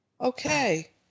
Okay